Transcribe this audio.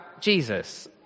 Jesus